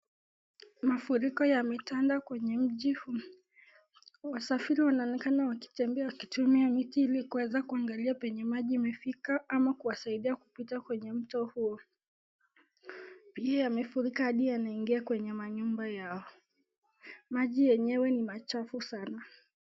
Mafuriko yametanda kwenye mji huu. Wasafiri wanaonekana wakitembea wakitumia miti hili kuweza kuangalia penye maji imefika, ama kuwasaidia kupita kwenye mto huo, pia yamefurika hadi yanaingia kwa manyumba yao. Maji yenyewe ni machafu sana.